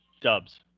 Dubs